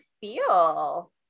feel